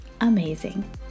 amazing